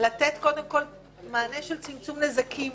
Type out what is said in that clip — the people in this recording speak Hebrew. לתת קודם כול מענה של צמצום נזקים.